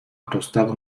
apostado